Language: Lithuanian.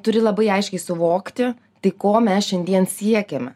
turi labai aiškiai suvokti tai ko mes šiandien siekiame